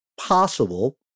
possible